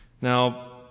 now